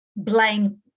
blame